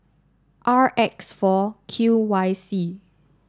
R X four Q Y C